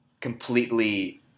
completely